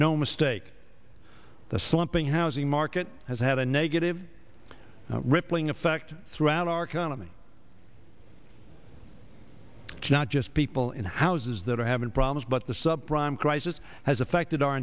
no mistake the slumping housing market has had a negative rippling effect throughout our economy it's not just people in houses that are having problems but the sub prime crisis has a fact our